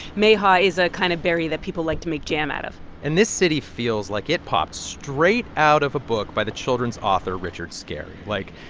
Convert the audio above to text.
mayhaw is a kind of berry that people like to make jam out of and this city feels like it popped straight out of a book by the children's author richard scarry. like,